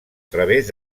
través